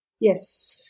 Yes